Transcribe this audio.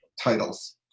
titles